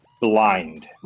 blind